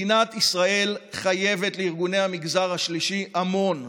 מדינת ישראל חייבת לארגוני המגזר השלישי המון.